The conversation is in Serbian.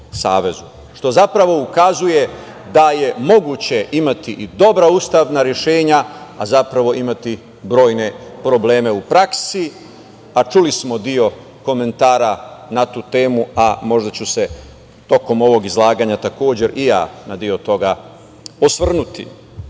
to zapravo ukazuje da je moguće imati i dobra ustavna rešenja, a zapravo imati brojne probleme u praksi, a čuli smo i deo komentara na tu temu, a možda ću se tokom ovog izlaganja i ja na deo toga osvrnuti. Dakle,